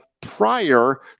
prior